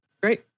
Great